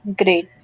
great